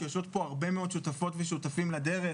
שיושבות פה הרבה מאוד שותפות ושותפים לדרך